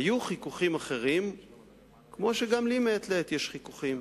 היו חיכוכים אחרים כמו שגם לי מעת לעת יש חיכוכים,